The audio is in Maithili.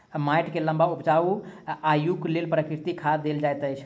माइट के लम्बा उपजाऊ आयुक लेल प्राकृतिक खाद देल जाइत अछि